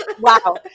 Wow